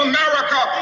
America